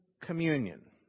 communion